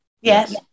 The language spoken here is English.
Yes